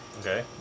Okay